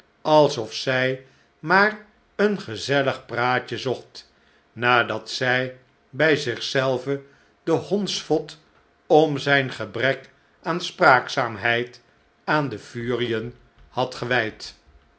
alsof zij maar een gezellig praatje zocht nadat zij bij zich zelve den hondsvot om zijn gebrek aan spraakzaamheid aan de furien had gewijdi